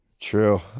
True